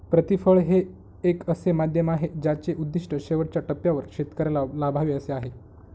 प्रतिफळ हे एक असे माध्यम आहे ज्याचे उद्दिष्ट शेवटच्या टप्प्यावर शेतकऱ्याला लाभावे असे आहे